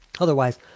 otherwise